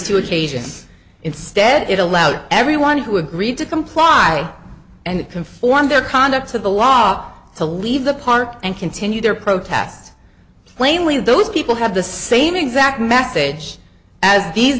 two occasions instead it allowed everyone who agreed to comply and conform their conduct to the law to leave the park and continue their protest plainly those people have the same exact message as these